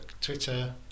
Twitter